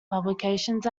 publications